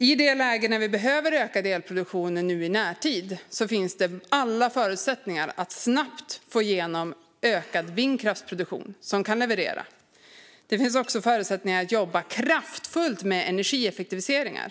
I det läge där vi behöver öka elproduktionen i närtid finns det alla förutsättningar att snabbt få igenom ökad vindkraftsproduktion som kan leverera. Det finns också förutsättningar att jobba kraftfullt med energieffektiviseringar.